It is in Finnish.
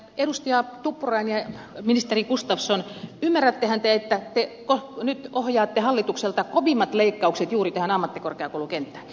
edustaja tuppurainen ja ministeri gustafsson ymmärrättehän te että te nyt ohjaatte hallitukselta kovimmat leikkaukset juuri tähän ammattikorkeakoulukenttään